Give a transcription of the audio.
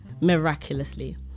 miraculously